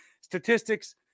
statistics